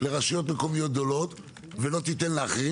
לרשויות מקומיות גדולות ולא תיתן לאחרות.